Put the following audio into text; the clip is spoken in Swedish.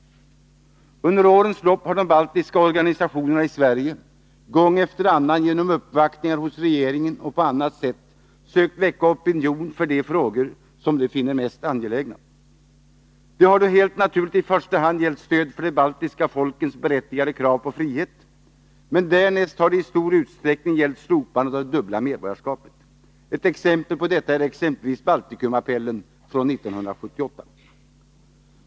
Under årens lopp har de baltiska organisationerna i Sverige gång efter annan genom uppvaktningar hos regeringen och på annat sätt sökt väcka en opinion för de frågor som de finner mest angelägna. Det har då helt naturligt i första hand gällt stöd för de baltiska folkens berättigade krav på frihet, men därnäst har det i stor utsträckning gällt slopandet av det dubbla medborgarskapet. Ett exempel på detta är exempelvis Baltikumappellen från 1978.